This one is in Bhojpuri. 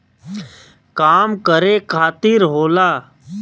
काम करे खातिर होला